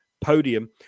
podium